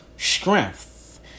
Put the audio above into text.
Strength